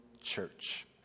church